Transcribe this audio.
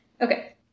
okay